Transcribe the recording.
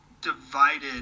divided